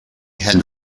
had